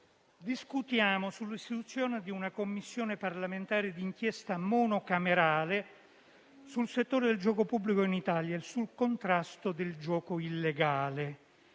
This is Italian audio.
in merito all'istituzione di una Commissione parlamentare di inchiesta monocamerale sul settore del gioco pubblico in Italia e sul contrasto al gioco illegale.